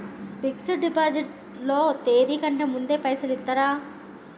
Fix డ్ deposit లో తేది కంటే ముందే పైసలు ఇత్తరా?